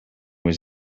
was